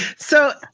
so,